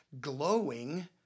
glowing